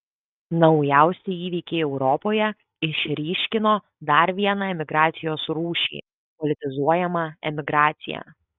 naujausi įvykiai europoje išryškino dar vieną emigracijos rūšį politizuojamą emigraciją